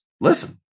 listen